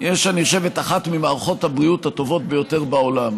יש את אחת ממערכות הבריאות הטובות ביותר בעולם.